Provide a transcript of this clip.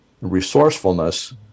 resourcefulness